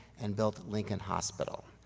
and built lincoln hospital.